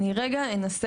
אני רגע אנסה,